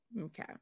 Okay